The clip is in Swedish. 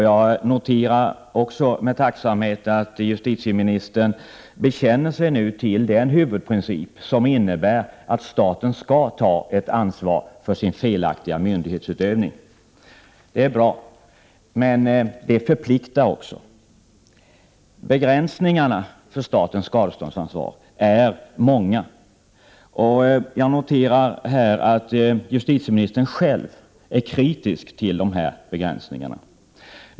Jag noterar också med tacksamhet att justitieministern nu bekänner sig till den huvudprincip som innebär att staten skall ta ett ansvar för sin felaktiga myndighetsutövning. Det är bra, men det förpliktar också. Begränsningarna för statens skadeståndsansvar är många. Jag noterar att justitieministern själv är kritisk till dessa begränsningar.